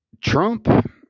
Trump